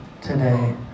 today